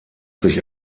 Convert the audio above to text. sich